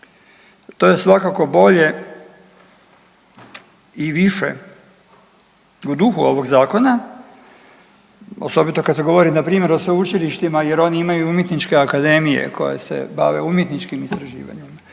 To je svakako bolje i više u duhu ovoga Zakona, osobito kada se govori npr. o sveučilištima jer oni imaju i umjetničke akademije koje se bave umjetničkim istraživanjem.